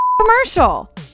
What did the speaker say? commercial